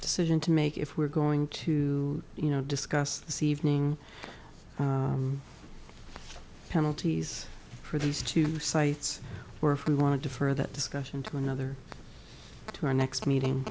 decision to make if we're going to you know discuss this evening penalties for these two sites or if we want to defer that discussion to another to our next meeting